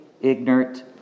ignorant